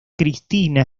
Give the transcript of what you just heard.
cristina